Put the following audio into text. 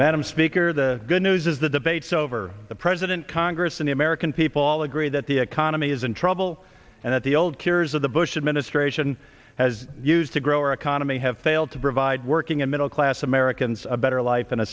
madam speaker the good news is the debates over the president congress and the american people all agree that the economy is in trouble and that the old cures of the bush administration has used to grow our economy have failed to working a middle class americans a better life and a